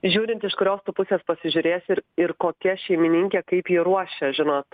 žiūrint iš kurios tu pusės pasižiūrėsi ir ir kokia šeimininkė kaip jį ruošia žinot